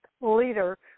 leader